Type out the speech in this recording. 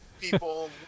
People